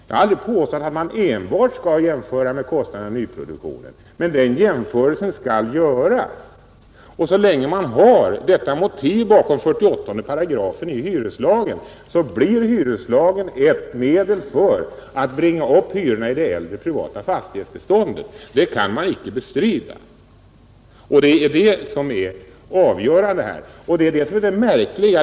Jag har aldrig påstått att man enbart skall jämföra med kostnaderna i nyproduktionen, men den jämförelsen skall också göras. Och så länge de motiven ligger bakom 48 § hyreslagen blir denna lag ett medel att bringa upp hyrorna i det äldre, privata fastighetsbeståndet. Det kan inte bestridas. Det är det som är det märkliga.